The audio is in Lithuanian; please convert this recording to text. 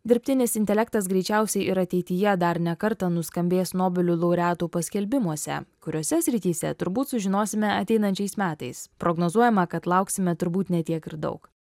dirbtinis intelektas greičiausiai ir ateityje dar ne kartą nuskambės nobelio laureatų paskelbimuose kuriose srityse turbūt sužinosime ateinančiais metais prognozuojama kad lauksime turbūt ne tiek ir daug